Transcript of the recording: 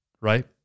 right